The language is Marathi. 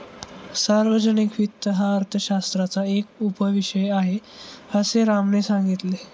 सार्वजनिक वित्त हा अर्थशास्त्राचा एक उपविषय आहे, असे रामने सांगितले